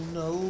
no